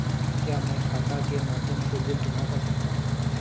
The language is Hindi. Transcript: क्या मैं खाता के माध्यम से बिल जमा कर सकता हूँ?